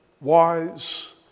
wise